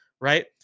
right